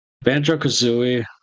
Banjo-Kazooie